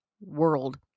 world